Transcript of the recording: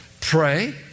Pray